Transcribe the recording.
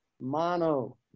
mono